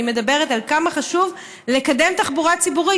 אומרת עד כמה חשוב לקדם תחבורה ציבורית.